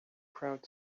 crowd